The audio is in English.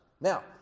Now